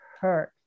hurt